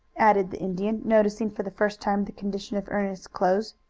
added the indian, noticing for the first time the condition of ernest's clothes.